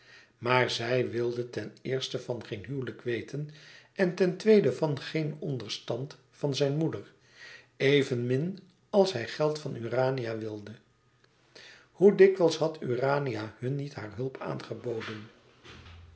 maar zij wilde ten eerste van geen huwelijk weten en ten tweede van geen onderstand van zijn moeder evenmin als hij geld van urania wilde hoe dikwijls had urania hun niet haar hulp geboden